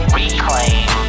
reclaim